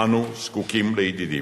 אנו זקוקים לידידים,